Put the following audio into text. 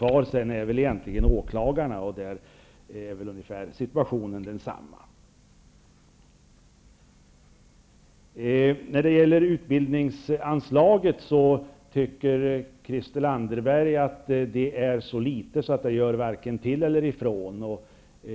Kvar sedan är egentligen bara åklagarna, och där är situationen ungefär densamma. När det gäller utbildningsanslaget tycker Christel Anderberg att det är så litet att det varken gör till eller ifrån.